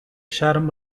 شرم